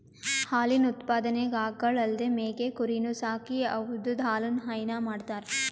ಹಾಲಿನ್ ಉತ್ಪಾದನೆಗ್ ಆಕಳ್ ಅಲ್ದೇ ಮೇಕೆ ಕುರಿನೂ ಸಾಕಿ ಅವುದ್ರ್ ಹಾಲನು ಹೈನಾ ಮಾಡ್ತರ್